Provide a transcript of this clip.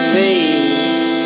face